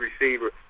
receiver